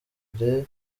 mbere